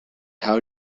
how